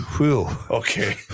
okay